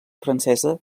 francesa